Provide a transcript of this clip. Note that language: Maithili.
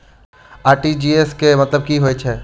आर.टी.जी.एस केँ मतलब की होइ हय?